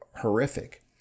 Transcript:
Horrific